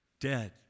dead